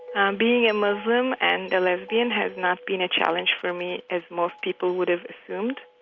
um being a muslim and a lesbian has not been a challenge for me as most people would have assumed.